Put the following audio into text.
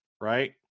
right